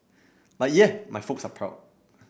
but yeah my folks are proud